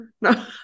No